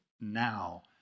now